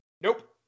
Nope